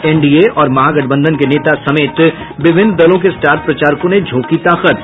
NDA और महागठबंधन के नेता समेत विभिन्न दलों के स्टार प्रचारकों ने झोंकी ताकत